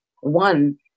one